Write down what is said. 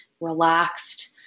relaxed